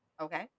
okay